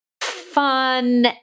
fun